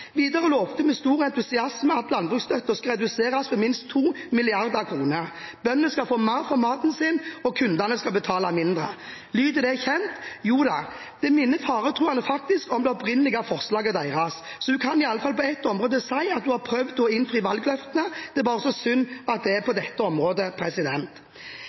Videre lovte hun med stor entusiasme at landbruksstøtten skulle reduseres med minst 2 mrd. kr. Bøndene skulle få mer for maten sin, og kundene skulle betale mindre. Lyder det kjent? Joda, det minner faktisk faretruende om det opprinnelige forslaget deres. Så hun kan i alle fall på ett område si at hun har prøvd å innfri valgløftene, det er bare så synd at det er på dette området.